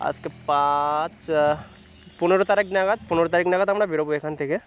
আজকে পাঁচ পনেরো তারিখ নাগাদ পনেরো তারিখ নাগাদ আমরা বেরবো এখান থেকে